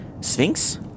Sphinx